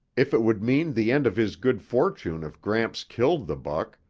if it would mean the end of his good fortune if gramps killed the buck,